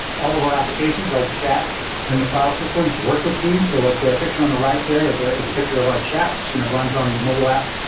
all of our applications like chat and the file system work with teams, so like the picture on the right there is ah a picture of our chat, which you know runs on the mobile app,